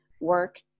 work